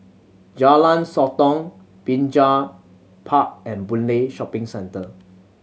Jalan Sotong Binjai Park and Boon Lay Shopping Centre